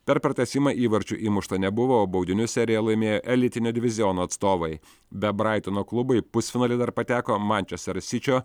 per pratęsimą įvarčių įmušta nebuvo o baudinių seriją laimėjo elitinio diviziono atstovai be braitono klubo į pusfinalį dar pateko mančester sičio